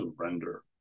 surrender